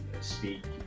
speak